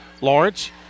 Lawrence